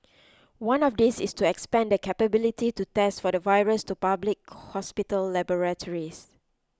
one of these is to expand the capability to test for the virus to public hospital laboratories